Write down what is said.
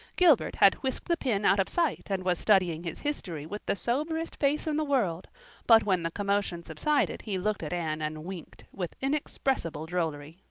gilbert had whisked the pin out of sight and was studying his history with the soberest face in the world but when the commotion subsided he looked at anne and winked with inexpressible drollery.